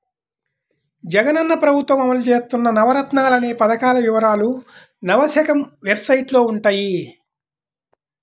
జగనన్న ప్రభుత్వం అమలు చేత్తన్న నవరత్నాలనే పథకాల వివరాలు నవశకం వెబ్సైట్లో వుంటయ్యి